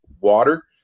water